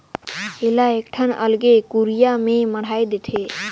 एला एकठन अलगे कुरिया में मढ़ाए देथे